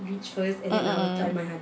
mm mm mm